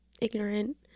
ignorant